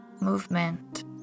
movement